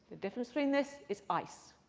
the difference between this is ice.